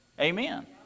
Amen